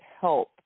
help